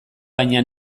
baina